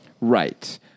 Right